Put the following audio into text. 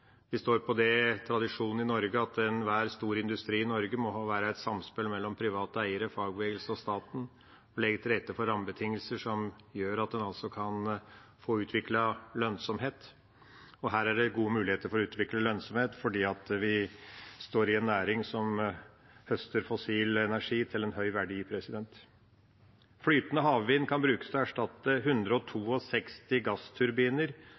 Vi står på den tradisjonen i Norge at enhver stor industri i Norge må være i et samspill mellom private eiere, fagbevegelse og staten og legge til rette for rammebetingelser som gjør at en kan få utviklet lønnsomhet. Her er det gode muligheter for å utvikle lønnsomhet, fordi vi står i en næring som høster fossil energi til en høy verdi. Flytende havvind kan brukes til å erstatte 162 gassturbiner